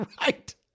Right